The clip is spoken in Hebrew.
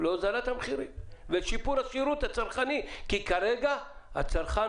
ולהוזלת המחירים ושיפור השירות הצרכני כי כרגע הצרכן